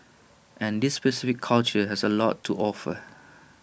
and this specific culture has A lot to offer